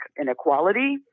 inequality